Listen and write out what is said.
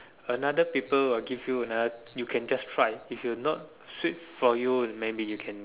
another people will give you another you can just try if you not sweet for you maybe you can